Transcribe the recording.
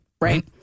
right